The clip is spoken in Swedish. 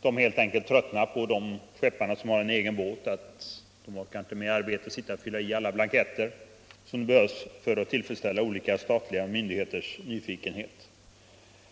de skeppare som har egna båtar börjar helt enkelt tröttna, de orkar inte med arbetet att fylla i alla blanketter som behövs för att tillfredsställa olika statliga myndigheters nyfikenhet.